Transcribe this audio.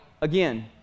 again